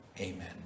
Amen